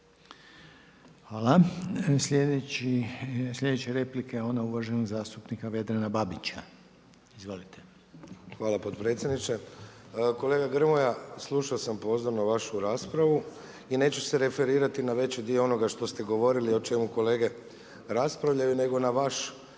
Hvala. Slijedeća replika je ona uvaženog zastupnika Vedrana Babić. Izvolite. **Babić, Vedran (SDP)** Hvala potpredsjedniče. Kolega Grmoja, slušao sam pozorno vašu raspravu i neću se referirati na veći dio onoga što ste govorili o čemu kolege raspravljaju nego na vaš